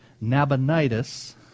Nabonidus